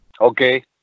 Okay